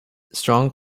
strong